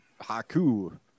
Haku